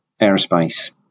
aerospace